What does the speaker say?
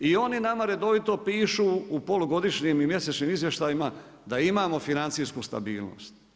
I oni nama redovito pišu u polugodišnjim i mjesečnim izvještajima da imamo financijsku stabilnost.